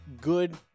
good